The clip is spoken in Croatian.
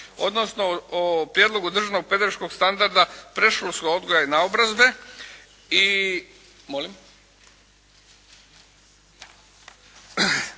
odnosno o prijedlogu Državnog pedagoškog standarda predškolskog odgoja i naobrazbe.